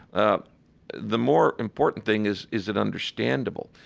ah the more important thing is, is it understandable?